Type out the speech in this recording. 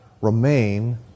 remain